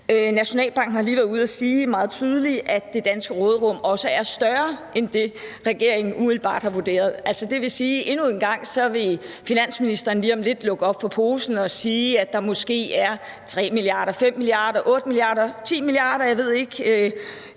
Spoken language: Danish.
Nationalbanken har lige været ude at sige meget tydeligt, at det danske råderum også er større end det, som regeringen umiddelbart har vurderet. Altså, det vil sige, at endnu en gang vil finansministeren lige om lidt lukke op for posen og sige, at der måske er 3, 5, 8 eller 10 mia.